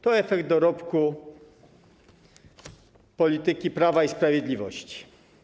To efekt, dorobek polityki Prawa i Sprawiedliwości.